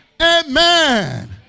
Amen